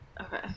Okay